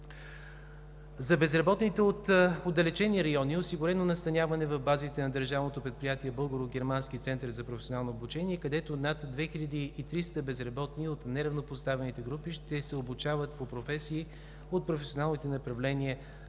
За безработните от отдалечени райони е осигурено настаняване в базите на Държавното предприятие Българо-германски център за професионално обучение, където над 2300 безработни от неравнопоставени групи ще се обучават по професии от професионалните направления: